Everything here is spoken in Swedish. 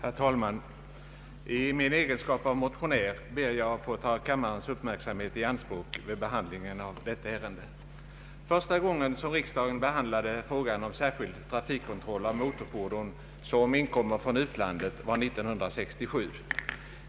Herr talman! I min egenskap av motionär ber jag att få ta kammarens uppmärksamhet i anspråk vid behandlingen av detta ärende. Första gången riksdagen behandlade frågan om särskild trafikkontroll av motorfordon som inkommer från utlandet var år 1967.